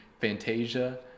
Fantasia